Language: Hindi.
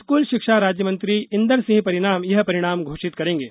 स्कूल शिक्षा राज्यमंत्री इंदर सिंह परमार यह परिणाम घोषित करेंगे